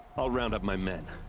i'll round up my men!